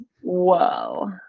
whoa